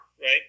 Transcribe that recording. right